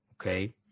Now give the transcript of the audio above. Okay